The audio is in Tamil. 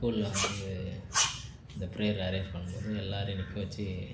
ஸ்கூலில் வந்து இந்த ப்ரேயர் அரேஞ்ச் பண்ணும்போது எல்லாேரையும் நிற்க வச்சு